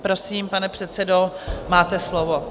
Prosím, pane předsedo, máte slovo.